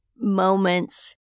moments